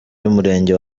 y’umurenge